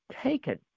taken